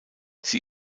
sie